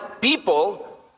people